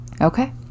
Okay